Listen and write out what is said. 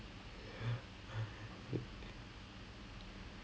அதை எல்லாம் ஒரு காலத்தில படிச்சேன்னு நினைச்சாலே:athai ellaam oru kaalatthilae padichennu ninaichaale